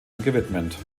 gewidmet